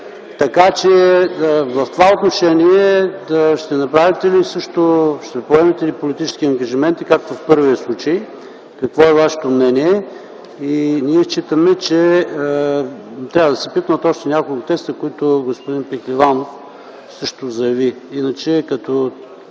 държавата. В това отношение ще направите ли същото – ще поемете ли политически ангажименти, както в първия случай? Какво е Вашето мнение? Ние считаме, че трябва да се пипнат още няколко текста, за които господин Пехливанов също говори. Иначе, като